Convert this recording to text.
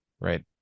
right